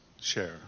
share